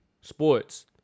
Sports